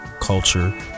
culture